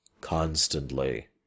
constantly